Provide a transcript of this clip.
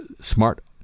Smart